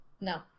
No